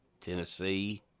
Tennessee